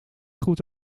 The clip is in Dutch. goed